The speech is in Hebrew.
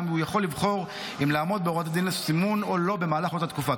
הוא יוכל לבחור אם לעמוד בהוראות הסימון או לא במהלך אותה תקופה.